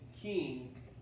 king